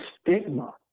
stigma